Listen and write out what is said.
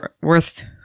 worth